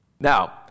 Now